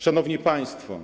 Szanowni Państwo!